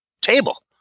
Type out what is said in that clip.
table